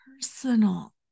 personal